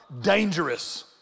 Dangerous